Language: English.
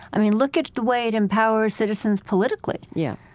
i mean, look at the way it empowers citizens politically yeah